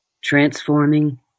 transforming